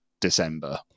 December